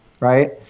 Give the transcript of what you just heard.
right